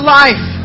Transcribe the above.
life